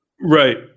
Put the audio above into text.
Right